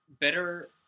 better